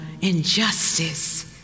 injustice